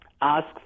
ask